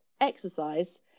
exercise